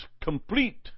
complete